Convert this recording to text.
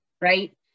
right